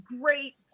great